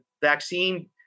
vaccine